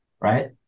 right